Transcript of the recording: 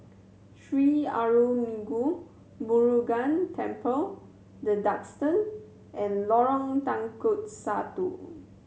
Sri Arulmigu Murugan Temple The Duxton and Lorong Satu